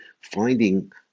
Finding